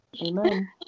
amen